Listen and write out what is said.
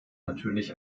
natürlich